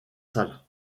salles